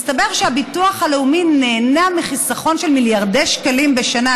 מסתבר שהביטוח הלאומי נהנה מחיסכון של מיליארדי שקלים בשנה.